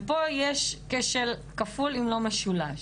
ופה יש כשל כפול אם לא משולש.